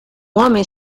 homem